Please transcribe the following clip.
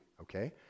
okay